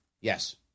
Yes